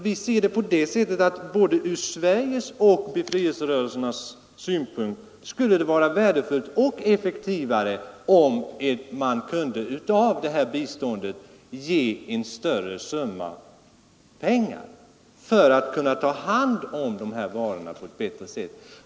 Vi ser det så, att både ur Sveriges och ur befrielserörelsernas synpunkt skulle det vara värdefullt och mera effektivt, om man kunde ge en större del av biståndet i pengar så att varorna kunde tas om hand på ett bättre sätt.